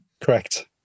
Correct